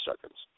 seconds